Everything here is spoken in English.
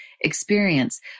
experience